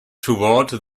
toward